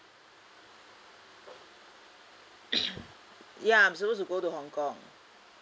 ya I'm supposed to go to hong kong